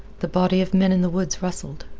the body of men in the woods rustled.